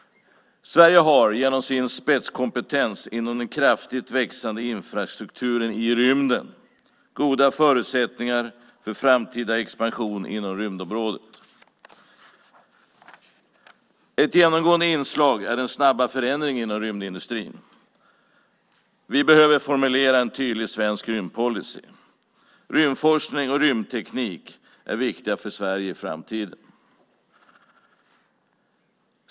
Sverige har genom sin spetskompetens inom den kraftigt växande infrastrukturen i rymden goda förutsättningar för framtida expansion inom rymdområdet. Ett genomgående inslag är den snabba förändringen inom rymdindustrin. Vi behöver formulera en tydlig svensk rymdpolicy. Rymdforskning och rymdteknik är viktiga för Sverige i framtiden.